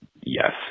Yes